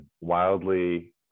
wildly